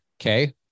Okay